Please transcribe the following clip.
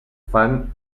fan